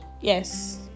Yes